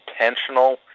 intentional